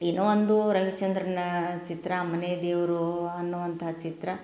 ಇನ್ನೊಂದು ರವಿಚಂದ್ರನ ಚಿತ್ರ ಮನೆದೇವ್ರು ಅನ್ನುವಂಥ ಚಿತ್ರ